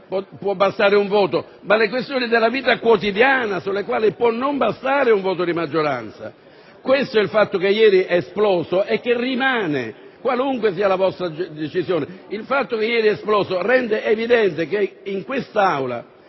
può bastare un voto, ma delle questioni della vita quotidiana, sulle quali può non bastare un voto di maggioranza. Questa è la situazione che ieri è esplosa, che rimane qualunque sia la vostra decisione, e che rende evidente che in quest'Aula